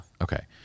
Okay